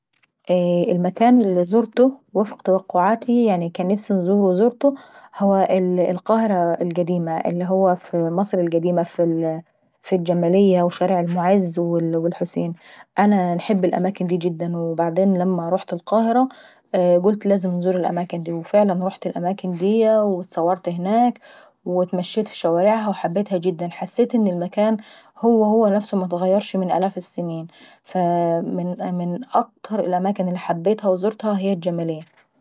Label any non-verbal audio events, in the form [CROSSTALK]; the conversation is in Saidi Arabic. [HESITATION] المكان اللي زورته وفق توقعاتي وكان نفسي نزوره وزورته هو القاهرة القديمة. اللي هو ف مصر القديمة في الجمالية وشارع المعز والحسين انا نحب الأماكن داي جدا، وبعدين لما رحت القاهرة قلت لازم نزور الأماكن داي. وفعلا رحت الإمكان ديا واتصورت اهناك واتمشيت في شوارعها وحسيت ان المكان هو هو متغيرش من الاف السنين. فاا من من اكتر الاماكن اللي زورتها هي الجماليي.